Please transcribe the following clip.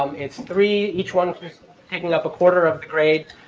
um it's three, each one is taking up a quarter of the grade.